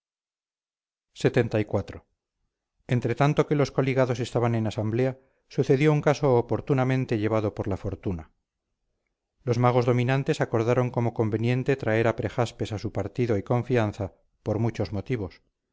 gobrias lxxiv entretanto que los coligados estaban en asamblea sucedió un caso oportunamente llevado por la fortuna los magos dominantes acordaron como conveniente atraer a prejaspes a su partido y confianza por muchos motivos